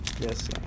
Yes